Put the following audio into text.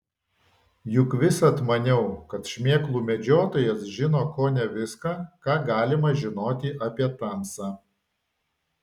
juk visad maniau kad šmėklų medžiotojas žino kone viską ką galima žinoti apie tamsą